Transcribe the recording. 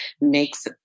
makes